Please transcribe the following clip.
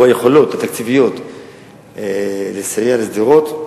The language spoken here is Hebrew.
או היכולות התקציביות לסייע לשדרות,